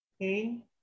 Okay